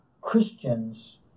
Christians